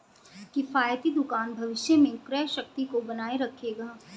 किफ़ायती दुकान भविष्य में क्रय शक्ति को बनाए रखेगा